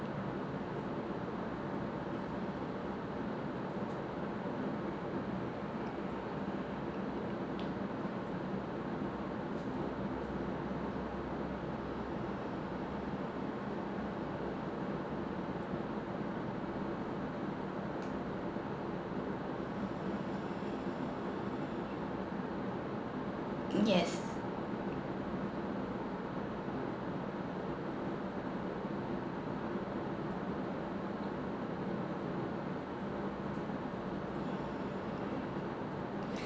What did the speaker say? uh yes